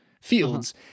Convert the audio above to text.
fields